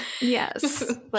Yes